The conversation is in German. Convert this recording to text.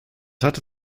hatte